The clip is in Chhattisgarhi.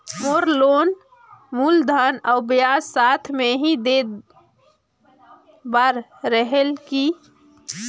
मोर लोन मूलधन और ब्याज साथ मे ही देहे बार रेहेल की?